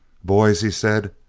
boys, he said,